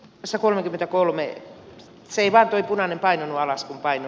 tässä kolmekymmentäkolme seivä punainen pää edellä alas päin